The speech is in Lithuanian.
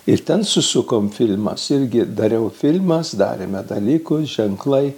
ir ten susukome filmas irgi dariau filmas darėme dalykus ženklai